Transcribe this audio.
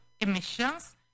emissions